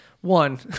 one